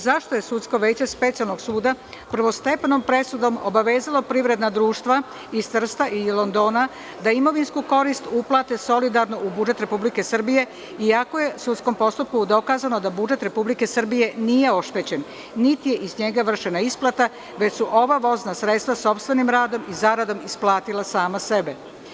Zašto je sudsko veće Specijalnog suda prvostepenom presudom obavezalo privredna društva iz Trsta i Londona da imovinsku korist uplate solidarno u budžet Republike Srbije, iako je u sudskom postupku dokazano da budžet Republike Srbije nije oštećen, niti je iz njega vršena isplata, već su ova vozna sredstva, sopstvenim radom i zaradom, isplatila sama sebe?